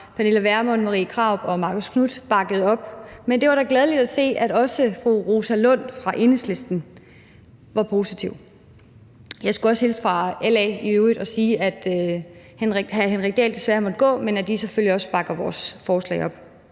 Pernille Vermund, Marie Krarup og Marcus Knuth, bakkede op. Men det var da glædeligt at se, at også fru Rosa Lund fra Enhedslisten var positiv. Jeg skulle i øvrigt også hilse fra LA og sige, at hr. Henrik Dahl desværre måtte gå, men at de selvfølgelig også bakker vores forslag op.